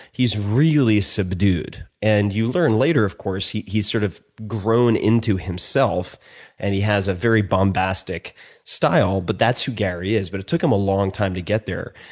he's really subdued. and you learn later, of course, he's sort of grown into himself and he has a very bombastic style but that's who gary is. but it took him a long time to get there.